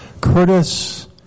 Curtis